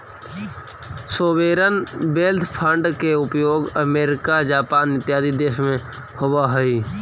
sovereign wealth fund के उपयोग America Japan इत्यादि देश में होवऽ हई